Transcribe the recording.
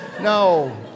No